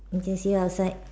okay see you outside